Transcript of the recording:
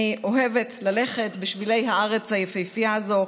אני אוהבת ללכת בשבילי הארץ היפהפייה הזאת,